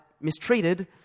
mistreated